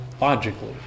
logically